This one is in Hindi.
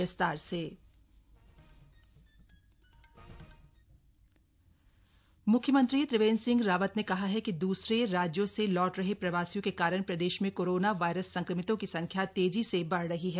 प्रवासियों में संक्रमण म्ख्यमंत्री त्रिवेंद्र सिंह रावत ने कहा है कि दूसरे राज्यों से लौट रहे प्रवासियों के कारण प्रदेश में कोरोना वायरस संक्रमितों की संख्या तेजी से बढ़ रही है